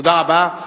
תודה רבה.